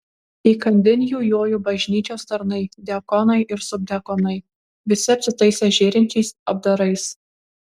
įkandin jų jojo bažnyčios tarnai diakonai ir subdiakonai visi apsitaisę žėrinčiais apdarais